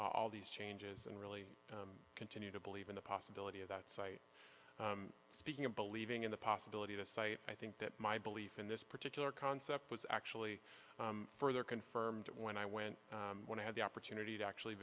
all these changes and really continue to believe in the possibility of that site speaking of believing in the possibility the site i think that my belief in this particular concept was actually further confirmed when i went when i had the opportunity to actually